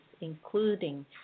including